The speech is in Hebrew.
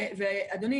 אדוני,